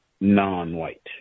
non-white